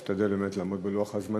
תודה רבה לך, אשתדל באמת לעמוד בלוח הזמנים.